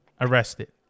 Arrested